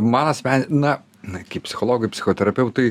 man asmen na na kaip psichologui psichoterapeutui